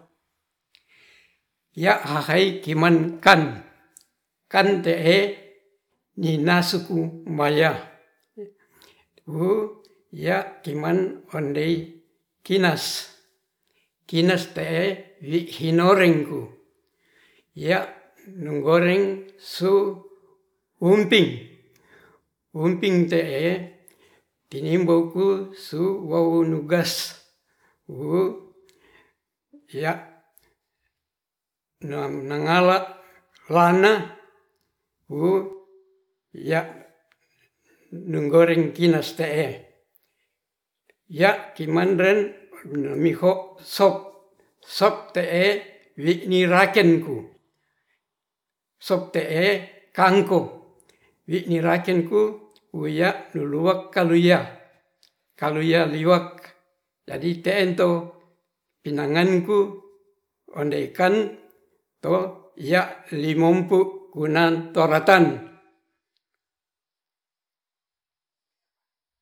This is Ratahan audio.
Ya ahai kimankan kantehe ninasuku maya wuu ya kiman ondei kinas, kinas te'e wikhi norengku ya'nu goreng su unping, unping te'e tinimbouku suwowunugas wuu yaa nangala lana wuu ya nunggoreng kinas te'e, ya kimandeng mihok sop, sop te'e winirakenku, sop te'e kangkong wiirakenku wuya luluwak kalduya, kalduya liwak jadi kento pinanganku ondeikan to ya limompu konan torata.